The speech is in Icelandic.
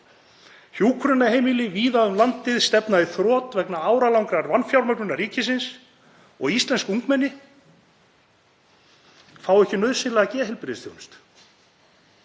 Hjúkrunarheimili víða um landið stefna í þrot vegna áralangrar vanfjármögnunar ríkisins og íslensk ungmenni fá ekki nauðsynlega geðheilbrigðisþjónustu.